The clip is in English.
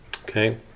Okay